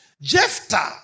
Jephthah